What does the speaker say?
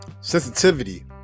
sensitivity